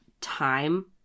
time